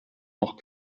noch